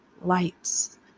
lights